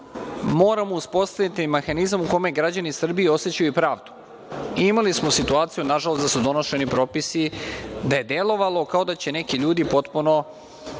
moramo uspostaviti mehanizam u kome građani Srbije osećaju pravdu. Imali smo situaciju, nažalost, da su donošeni propisi, da je delovalo kao da će neki ljudi potpuno